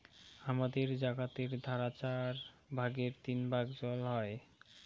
হামাদের জাগাতের ধারা চার ভাগের তিন ভাগ জল হই